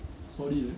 solid eh